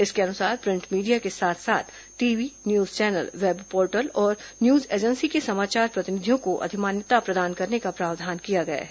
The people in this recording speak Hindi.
इसके अनुसार प्रिंट मीडिया के साथ साथ TV news channel web portal और न्यूज एजेंसी के समाचार प्रतिनिधियों को अधिमान्यता प्रदान करने का प्रावधान किया गया है